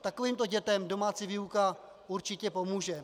Takovýmto dětem domácí výuka určitě pomůže.